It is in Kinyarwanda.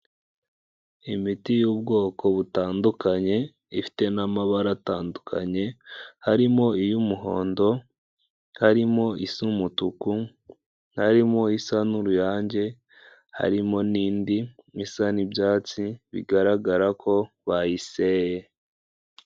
Imiti y'ubwoko butandukanye ifite n'amabara atandukanye, harimo iy'umuhondo, harimo isa umutuku, haririmo isa n'uruyange harimo nindi isa n'ibyatsi, bigaragara ko bayiseye.